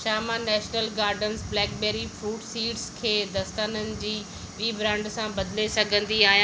छा मां national gardens blackberry fruit seeds खे दस्ताननि जी ॿिई ब्रांड सां बदिले सघंदी आहियां